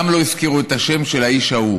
גם לא הזכירו את השם של האיש ההוא.